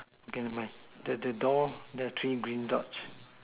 okay never mind the the doll the three green dots